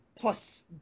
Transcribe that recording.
plus